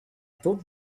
thought